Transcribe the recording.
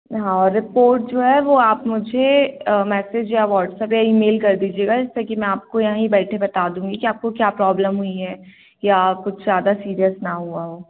और रिपोर्ट जो है वह आप मुझे मैसेज या व्हाट्सएप या ईमेल कर दीजिएगा जिससे कि मैं आपको यहीं बैठे बता दूँगी कि आपको क्या प्रॉब्लम हुई है या आप कुछ ज़्यादा सीरियस ना हुआ हो